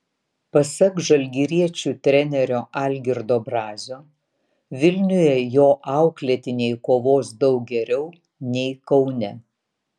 pasak žalgiriečių trenerio algirdo brazio vilniuje jo auklėtiniai kovos daug geriau nei kaune